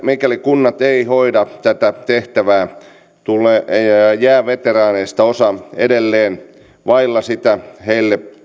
mikäli kunnat eivät hoida tätä tehtävää jää veteraaneista osa edelleen vaille sitä heille